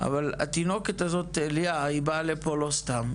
אבל התינוקת הזאת באה לפה לא סתם,